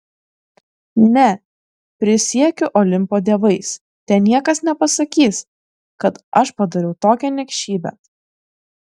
ne prisiekiu olimpo dievais te niekas nepasakys kad aš padariau tokią niekšybę